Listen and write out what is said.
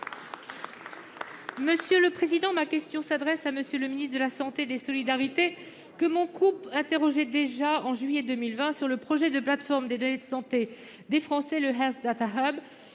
Union Centriste. Ma question s'adresse à M. le ministre des solidarités et de la santé, que mon groupe interrogeait déjà en juillet 2020 sur le projet de plateforme des données de santé des Français, le Health Data Hub,